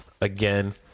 Again